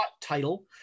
title